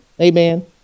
Amen